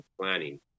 planning